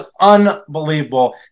unbelievable